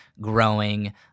growing